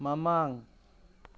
ꯃꯃꯥꯡ